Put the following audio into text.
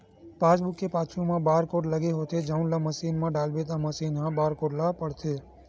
passbook के पाछू म बारकोड लगे होथे जउन ल मसीन म डालबे त मसीन ह बारकोड ल पड़थे